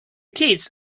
kids